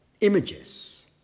images